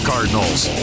Cardinals